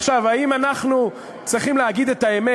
עכשיו, האם אנחנו צריכים להגיד את האמת?